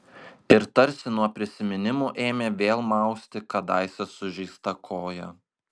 ir tarsi nuo prisiminimų ėmė vėl mausti kadaise sužeistą koją